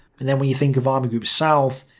and then when you think of army group south,